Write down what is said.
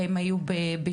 הם היום בשימוע?